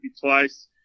twice